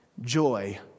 joy